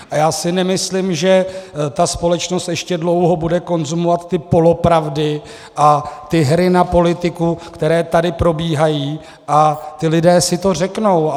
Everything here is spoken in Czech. A já si nemyslím, že ta společnost ještě dlouho bude konzumovat ty polopravdy a hry na politiku, které tady probíhají, a ti lidé si to řeknou.